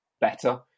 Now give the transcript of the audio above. better